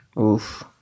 oof